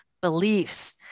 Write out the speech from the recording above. Beliefs